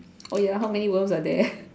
oh ya how many worms are there